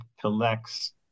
collects